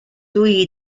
dwi